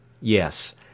Yes